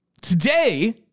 Today